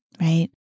right